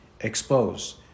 exposed